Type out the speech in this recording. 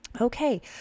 okay